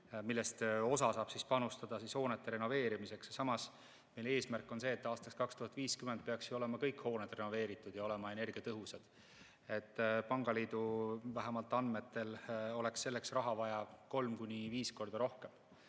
millest osa saab panustada hoonete renoveerimiseks. Samas, meie eesmärk on see, et aastaks 2050 peaks ju olema kõik hooned renoveeritud ja energiatõhusad. Pangaliidu andmetel oleks selleks vaja kolm kuni viis korda rohkem